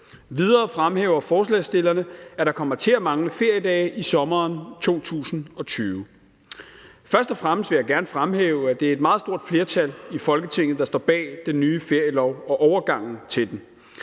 Endvidere fremhæver forslagsstillerne, at der kommer til at mangle feriedage i sommeren 2020. Jeg vil først og fremmest gerne fremhæve, at det er et meget stort flertal i Folketinget, der står bag den nye ferielov og overgangen til den.